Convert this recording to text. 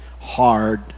hard